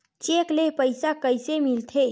Cheque ले पईसा कइसे मिलथे?